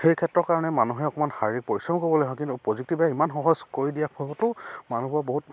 সেইক্ষেত্ৰৰ কাৰণে মানুহে অকণমান শাৰীৰিক পৰিশ্ৰম কৰিবলগীয়া হয় কিন্তু প্ৰযুক্তিবিদ্যা ইমান সহজ কৰি দিয়াৰ ফলতো মানুহবোৰ বহুত